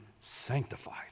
sanctified